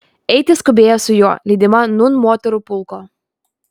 eiti skubėjo su juo lydima nūn moterų pulko